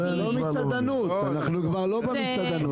אנחנו לא במסעדנות,